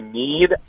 need